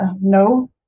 No